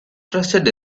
trusted